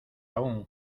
aún